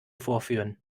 vorführen